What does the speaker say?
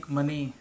money